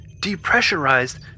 depressurized